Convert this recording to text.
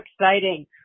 exciting